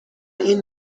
این